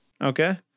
okay